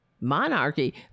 monarchy